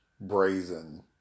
brazen